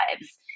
lives